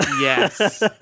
Yes